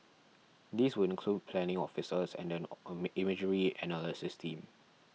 these would include planning officers and an imagery analysis team